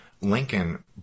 Lincoln